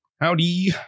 howdy